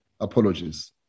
apologies